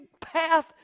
path